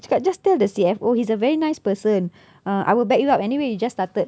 dia cakap just tell the C_F_O he's a very nice person uh I will back you up anyway you just started